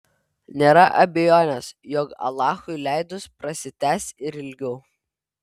nėra abejonės jog alachui leidus prasitęs ir ilgiau